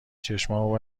چشامو